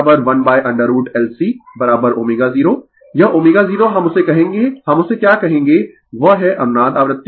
यह ω0 हम उसे कहेंगें हम उसे क्या कहेंगें वह है अनुनाद आवृत्ति ω0